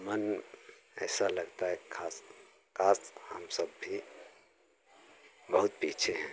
मन ऐसा लगता है काश काश हम सब भी बहुत पीछे हैं